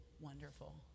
wonderful